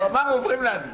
הוא אמר שעוברים להצבעה.